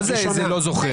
מה זה "לא זוכר"?